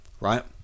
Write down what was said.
right